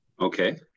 Okay